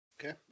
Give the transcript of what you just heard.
okay